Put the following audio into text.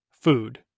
food